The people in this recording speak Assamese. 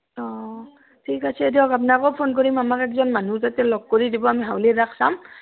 অ' ঠিক আছে দিয়ক আপোনাকো ফোন কৰিম আমাক একজন মানুহ তাতে লগ কৰি দিব আমি হাউলিৰ ৰাস চাম